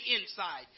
inside